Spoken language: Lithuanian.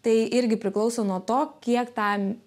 tai irgi priklauso nuo to kiek tam